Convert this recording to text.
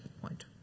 point